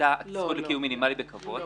הייתה הזכות לקיום מינימלי בכבוד.